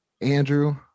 Andrew